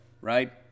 right